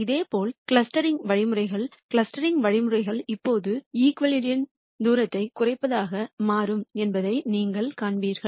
இதேபோல் க்ளஸ்டரிங் வழிமுறைகளில் க்ளஸ்டரிங் வழிமுறைகள் இப்போது யூக்ளிடியன் தூரத்தை குறைப்பதாக மாறும் என்பதை நீங்கள் காண்பீர்கள்